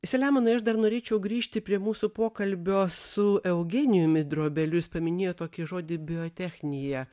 selemonai aš dar norėčiau grįžti prie mūsų pokalbio su eugenijumi drobeliu jis paminėjo tokį žodį biotechnija